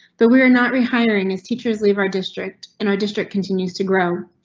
but we were not rehiring as teachers leave our district in our district continues to grow,